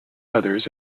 others